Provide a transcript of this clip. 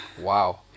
Wow